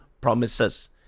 promises